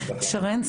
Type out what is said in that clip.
שרן,